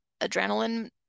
adrenaline